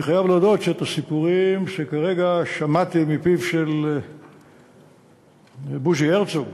אני חייב להודות שאת הסיפורים שכרגע שמעתי מפיו של בוז'י הרצוג